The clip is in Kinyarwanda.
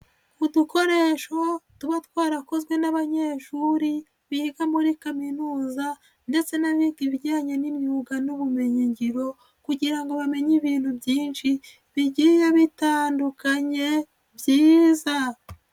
Udukoresho tuba twarakozwe n'abanyeshuri biga muri kaminuza ndetse n'abiga ibijyanye n'imyuga n'ubumenyingiro kugira ngo bamenye ibintu byinshi bigiye bitandukanye byiza.